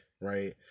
right